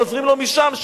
ועוזרים לו משם,